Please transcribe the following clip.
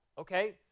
okay